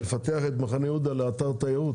לפתח את מחנה יהודה לאתר תיירות.